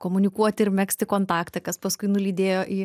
komunikuoti ir megzti kontaktą kas paskui nulydėjo į